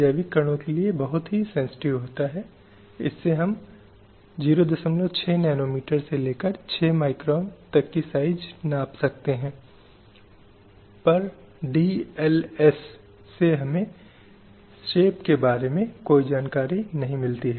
दशकों से इसने विभिन्न घोषणाओं विभिन्न सम्मेलनों विभिन्न विश्व अधिवेशनों के जरिये महिला अधिकारों के मुद्देमहिलाओं के खिलाफ भेदभाव के मुद्दे पर महिलाओं के खिलाफ हिंसा के मुद्दे पर कई कदम उठाए हैं